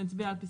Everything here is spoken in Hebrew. נצביע על פסקה (1)?